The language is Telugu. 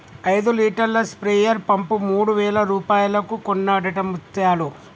ఐదు లీటర్ల స్ప్రేయర్ పంపు మూడు వేల రూపాయలకు కొన్నడట ముత్యాలు